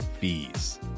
fees